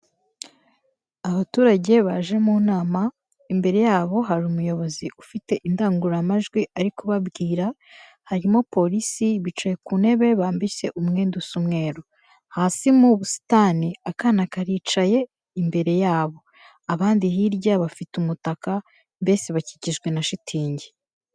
Abaturage baje mu nama, imbere yabo hari umuyobozi ufite indangururamajwi ari kubabwira, harimo polisi bicaye ku ntebe bambitse umwenda usa umweru. Hasi mu busitani akana karicaye imbere yabo. Abandi hirya bafite umutaka mbese bakikijwe na shitingi.